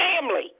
family